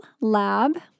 lab